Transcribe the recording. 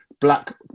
black